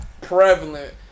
prevalent